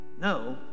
No